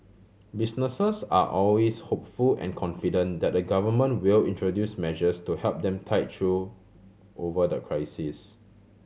businesses are always hopeful and confident that the Government will introduce measures to help them tide through over the crisis